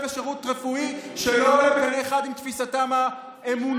לשירות רפואי שלא עולה בקנה אחד עם תפיסתם האמונית.